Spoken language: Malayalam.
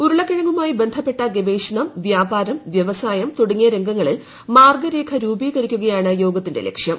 ഉരുളക്കിഴങ്ങുമായി ബന്ധപ്പെട്ട ഗവേഷണം വ്യാഷ്ക്ക് വ്യാപസായം തുടങ്ങിയ രംഗങ്ങളിൽ മാർഗ്ഗരേഖ രൂപീകരിക്കുകയ്ട്ടിണ് യോഗത്തിന്റെ ലക്ഷ്യം